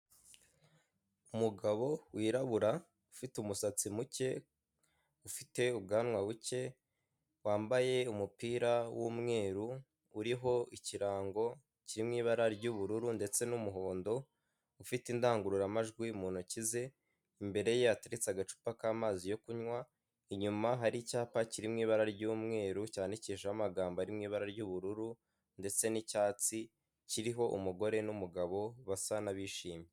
Umugabo wirabura ufite umusatsi muke, ufite ubwanwa buke wambaye umupira w'umweru uriho ikirango kimwe ibara ry'ubururu ndetse n'umuhondo ufite indangururamajwi mu ntoki ze imbere ye hateretse agacupa k'amazi yo kunywa inyuma hari icyapa kiririmo ibara ry'umweru cyandikishaho amagambo ari mu ibara ry'ubururu ndetse n'icyatsi kiriho umugore n'umugabo basa n'abishimye.